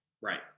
Right